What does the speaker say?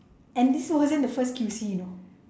and this wasn't the first Q_C you know